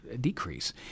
Decrease